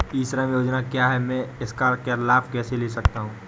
ई श्रम योजना क्या है मैं इसका लाभ कैसे ले सकता हूँ?